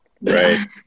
Right